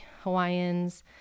Hawaiians